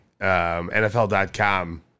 NFL.com